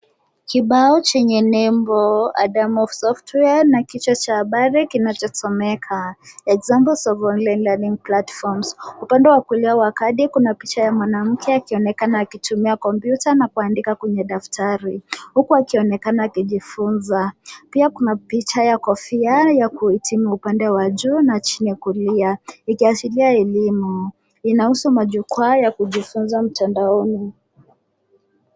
Kibao chenye nembo Adamo Software na kichwa cha habari kinachosomeka Examples of Online Learning Platforms . Upande wa kulia wa kadi kuna picha ya mwanamke akionekana akitumia kompyuta na kuandika kwenye daftari, huku akionekana akijifunza. Pia kuna picha ya kofia ya kuhitimu upande wa juu na chini ya kulia ikiashiria elimu. Inahusu majukwaa ya kujifunza mtandaoni.